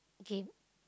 game